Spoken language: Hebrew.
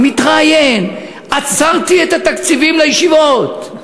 ומתראיין: עצרתי את התקציבים לישיבות.